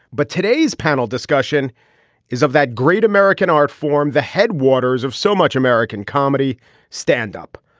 but today's panel discussion is of that great american art form the headwaters of so much american comedy standup.